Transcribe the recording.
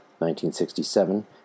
1967